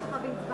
גברתי,